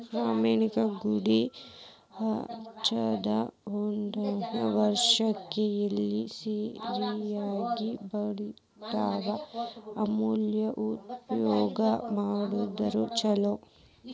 ಕರ್ಮೇವ್ ಗಿಡಾ ಹಚ್ಚದ ಒಂದ್ಯಾರ್ಡ್ ವರ್ಷಕ್ಕೆ ಎಲಿ ಸರಿಯಾಗಿ ಬಲಿತಾವ ಆಮ್ಯಾಲ ಉಪಯೋಗ ಮಾಡಿದ್ರ ಛಲೋ